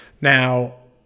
Now